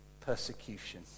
persecution